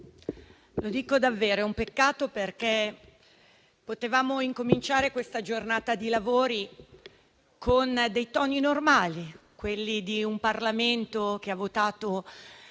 lo dico davvero. È un peccato, perché potevamo cominciare questa giornata di lavori con dei toni normali, quelli di un Parlamento che ha votato